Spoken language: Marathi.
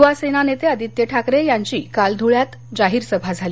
युवा सेना नेते आदित्य ठाकरे यांची काल धुळ्यात सभा झाली